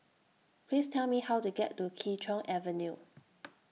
Please Tell Me How to get to Kee Choe Avenue